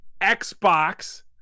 Xbox